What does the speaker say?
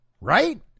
right